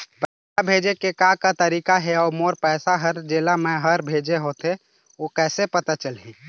पैसा भेजे के का का तरीका हे अऊ मोर पैसा हर जेला मैं हर भेजे होथे ओ कैसे पता चलही?